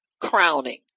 crowning